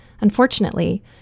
Unfortunately